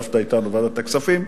שישבת אתנו בוועדת הכספים.